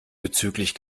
bezüglich